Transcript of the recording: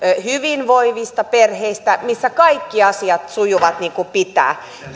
hyvinvoivista perheistä missä kaikki asiat sujuvat niin kuin pitää